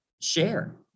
share